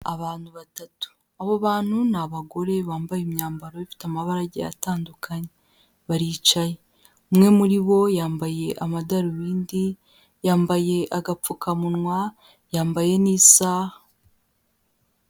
Abantu batatu, abo bantu ni abagore bambaye imyambaro ifite amabara agiye atandukanye, baricaye, umwe muri bo yambaye amadarubindi, yambaye agapfukamunwa yambaye n'isaha.